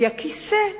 כי הכיסא בוער.